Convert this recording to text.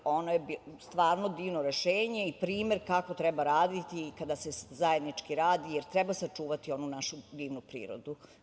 Ono je stvarno divno rešenje i primer kako treba raditi, da se zajednički radi, jer treba sačuvati onu našu divnu prirodu.